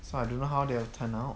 so I don't know how they will turn out